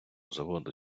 заводу